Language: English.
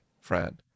friend